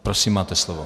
Prosím, máte slovo.